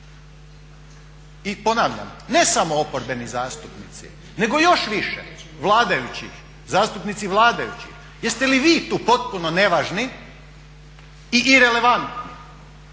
I ponavljam, ne samo oporbeni zastupnici, nego još više, vladajući, zastupnici vladajućih. Jeste li vi tu potpuno nevažni i irelevantni